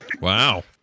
Wow